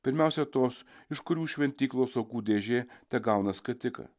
pirmiausia tos iš kurių šventyklos aukų dėžė tegauna skatiką